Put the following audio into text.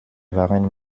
waren